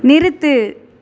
நிறுத்து